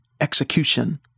execution